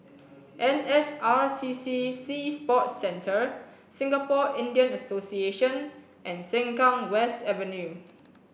N S R C C Sea Sports Centre Singapore Indian Association and Sengkang West Avenue